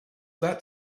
that